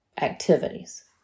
activities